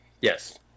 Yes